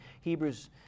Hebrews